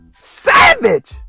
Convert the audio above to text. savage